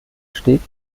steht